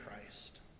Christ